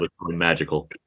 Magical